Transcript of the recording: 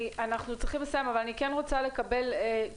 אנחנו צריכים לסיים אבל אני כן רוצה לקבל תשובה,